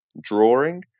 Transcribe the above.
drawing